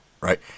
right